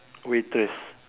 waitress